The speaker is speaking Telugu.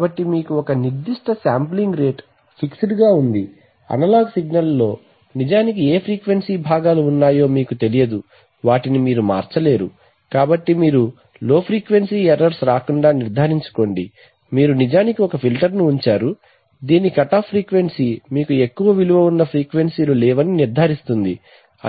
కాబట్టి మీకు ఒక నిర్దిష్ట శాంప్లింగ్ రేటు ఫిక్సెడ్ గా ఉంది అనలాగ్ సిగ్నల్లో నిజానికి ఏ ఫ్రీక్వెన్సీ భాగాలు ఉన్నాయో మీకు తెలియదు వాటిని మీరు మార్చలేరు కాబట్టి మీరు లో ఫ్రీక్వెన్సీ ఎర్రర్స్ రాకుండా నిర్ధారించుకోండి మీరు నిజానికి ఒక ఫిల్టర్ను ఉంచారు దీని కటాఫ్ ఫ్రీక్వెన్సీ మీకు ఎక్కువ విలువ ఉన్న ఫ్రీక్వెన్సీ లు లేవని నిర్ధారిస్తుంది